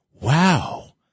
Wow